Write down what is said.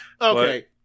Okay